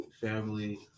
family